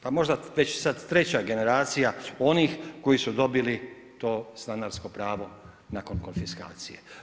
Pa možda već sad treća generacija onih koji su dobili to stanarsko pravo nakon konfiskacije.